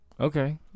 Okay